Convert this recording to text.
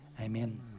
Amen